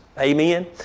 Amen